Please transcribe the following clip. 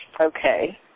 Okay